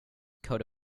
coat